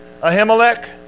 Ahimelech